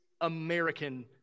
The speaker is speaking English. American